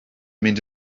mynd